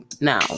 now